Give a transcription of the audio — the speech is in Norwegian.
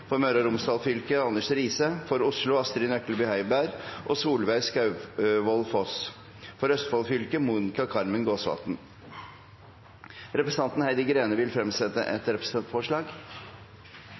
For Møre og Romsdal fylke: Anders Riise For Oslo: Astrid Nøklebye Heiberg og Solveig Skaugvoll Foss For Østfold fylke: Monica Carmen Gåsvatn Representanten Heidi Greni vil fremsette et